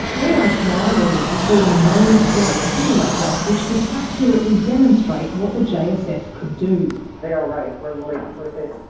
we asked why there was still no flight simulator which could accurately demonstrate what the jsf could do. they are right, we're late with it,